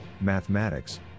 mathematics